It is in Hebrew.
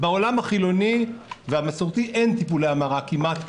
בעולם החילוני והמסורתי אין טיפולי המרה כמעט היום.